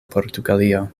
portugalio